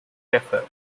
defer